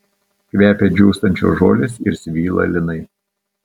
kvepia džiūstančios žolės ir svylą linai